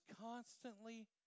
constantly